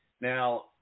now